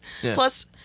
Plus